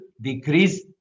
decrease